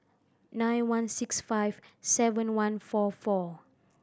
nine one six five seven one four four